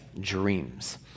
dreams